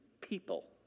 people